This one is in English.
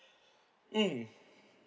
mm